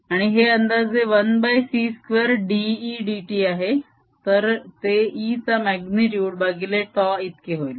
आणि हे अंदाजे 1c 2 dE dt आहे तर ते E चा म्याग्नितुड भागिले τ इतके होईल